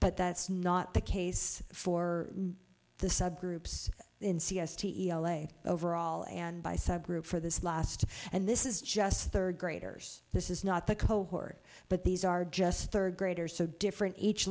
but that's not the case for the subgroups in c s t e l a overall and by subgroup for the last and this is just third graders this is not the cohort but these are just third graders so different each